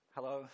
Hello